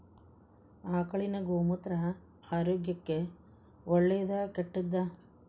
ಆಕಳಿನ ಗೋಮೂತ್ರ ಆರೋಗ್ಯಕ್ಕ ಒಳ್ಳೆದಾ ಕೆಟ್ಟದಾ?